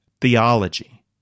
theology